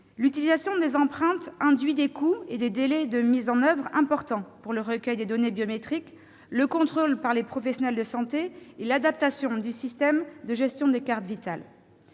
L'utilisation des empreintes induit des coûts et des délais de mise en oeuvre importants pour le recueil des données biométriques, le contrôle par les professionnels de santé et l'adaptation du système de gestion des cartes Vitale.